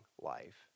life